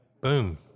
Boom